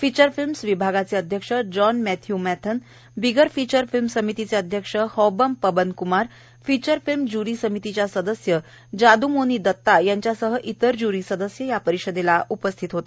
feature films विभागाचे अध्यक्ष जॉन मॅथ्य् मॅथन बिगर फिचर फिल्म समितीचे अध्यक्ष Haobam Paban Kumar feature film jury समितीच्या सदस्य जादूमोनी दत्ता यांच्यासह इतर ज्य्री सदस्य या पत्रपरिषदेला उपस्थित होते